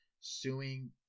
suing